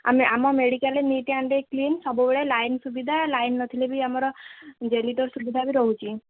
ଆମେ ଆମ ମେଡ଼ିକାଲ୍ରେ ନୀଟ୍ ଆଣ୍ଡ କ୍ଲିନ୍ ସବୁବେଳେ ଲାଇନ୍ ସୁବିଧା ଲାଇନ୍ ନଥିଲେ ବି ଆମର ଜେନିଟର୍ ସୁବିଧା ବି ରହୁଛି